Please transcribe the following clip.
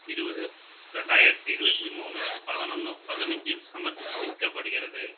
இருபது ரெண்டாயிரத்தி இருபத்தி மூணு பதினொன்று பதினைஞ்சு இல் சமர்ப்பிக்கப்படுகிறது